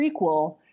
prequel